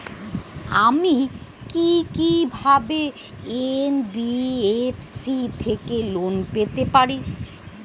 আমি কি কিভাবে এন.বি.এফ.সি থেকে লোন পেতে পারি?